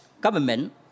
government